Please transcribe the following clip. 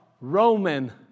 Roman